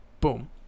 Boom